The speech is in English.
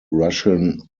russian